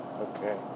Okay